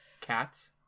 Cats